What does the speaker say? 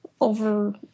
over